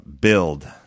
build